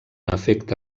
efecte